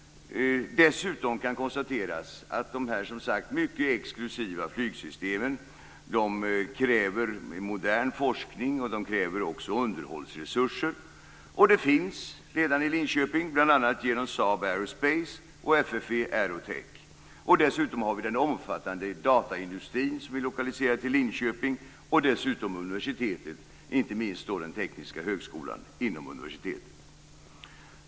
Dessutom kan konstateras att dessa exklusiva flygsystem kräver modern forskning och kräver underhållsresurser. Det finns redan i Linköping, bl.a. genom Saab Aerospace och FFV Aerotech. Dessutom finns den omfattande dataindustrin, som är lokaliserad till Linköping, och universitetet, inte minst den tekniska högskolan inom universitetet.